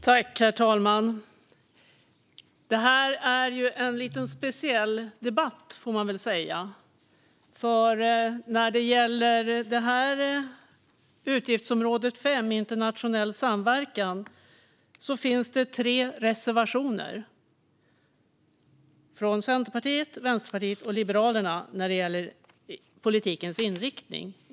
Herr talman! Det här är en lite speciell debatt, får man väl säga. När det gäller utgiftsområde 5 Internationell samverkan finns det tre reservationer från Centerpartiet, Vänsterpartiet och Liberalerna om politikens inriktning.